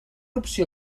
opció